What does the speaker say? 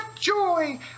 joy